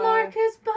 Marcus